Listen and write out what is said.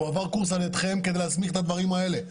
הוא עבר קורס על ידכם כדי להסמיך את הדברים האלה.